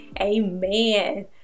amen